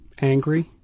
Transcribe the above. angry